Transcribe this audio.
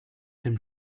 dem